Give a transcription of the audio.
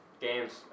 games